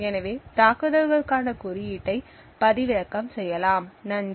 எனவே தாக்குதலுக்கான குறியீட்டை பதிவிறக்கம் செய்யலாம் நன்றி